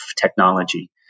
technology